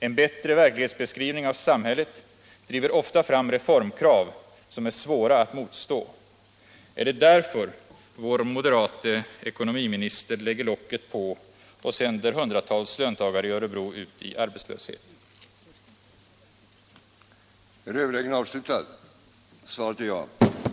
En bättre verklighetsbeskrivning av samhället driver ofta fram reformkrav Nr 76 som är svåra att motstå. Är det därför vår moderate ekonomiminister Tisdagen den lägger locket på och sänder hundratals löntagare i Örebro ut i arbetslöshet? 1 mars 1977